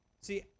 See